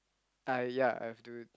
uh ya I have